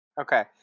Okay